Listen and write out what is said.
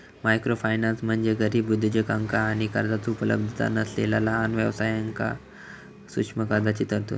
microfinance म्हणजे गरीब उद्योजकांका आणि कर्जाचो उपलब्धता नसलेला लहान व्यवसायांक सूक्ष्म कर्जाची तरतूद